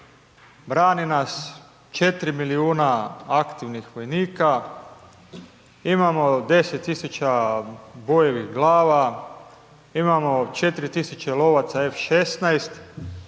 brane nas 4 milijuna aktivnih vojnika, imamo 10 tisuća bojevih glava, imamo 4 tisuće lovaca F-16